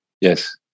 Yes